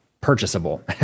purchasable